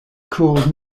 called